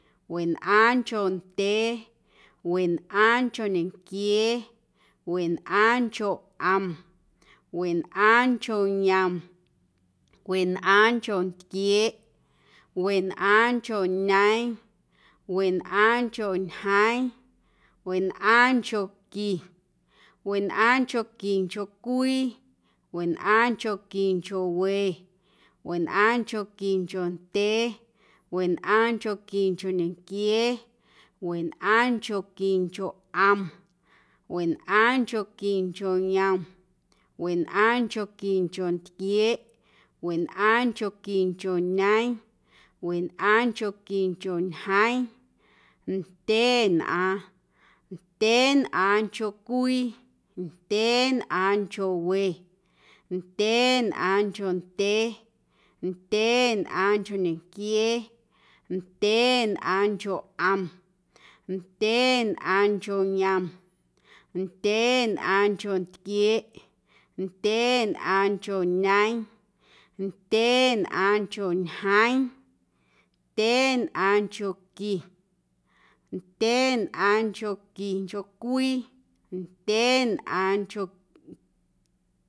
Wenꞌaaⁿncho ndyee, wenꞌaaⁿncho ñenquiee, wenꞌaaⁿncho ꞌom, wenꞌaaⁿncho yom, wenꞌaaⁿncho ntquieeꞌ, wenꞌaaⁿncho ñeeⁿ, wenꞌaaⁿncho ñjeeⁿ, wenꞌaaⁿnchonqui, wenꞌaaⁿnchonquincho cwii, wenꞌaaⁿnchonquincho we, wenꞌaaⁿnchonquincho ndyee, wenꞌaaⁿnchonquincho ñenquiee, wenꞌaaⁿnchonquincho ꞌom, wenꞌaaⁿnchonquincho yom, wenꞌaaⁿnchonquincho ntquieeꞌ, wenꞌaaⁿnchonquincho ñeeⁿ, wenꞌaaⁿnchonquincho ñjeeⁿ, ndyeenꞌaaⁿ, ndyeenꞌaaⁿncho cwii, ndyeenꞌaaⁿncho we, ndyeenꞌaaⁿncho ndyee, ndyeenꞌaaⁿncho ñenquiee, ndyeenꞌaaⁿncho ꞌom, ndyeenꞌaaⁿncho yom, ndyeenꞌaaⁿncho ntquieeꞌ, ndyeenꞌaaⁿncho ñeeⁿ, ndyeenꞌaaⁿncho ñjeeⁿ, ndyeenꞌaaⁿnchonqui, ndyeenꞌaaⁿnchonquincho cwii, ndyeenꞌaaⁿnchonquincho.